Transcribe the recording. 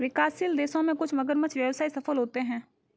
विकासशील देशों में कुछ मगरमच्छ व्यवसाय सफल होते हैं